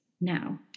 now